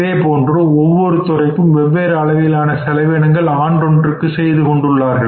இதேபோன்று ஒவ்வொரு துறையும் வெவ்வேறு அளவிலான செலவினங்களை ஆண்டொன்று செய்து கொண்டுள்ளார்கள்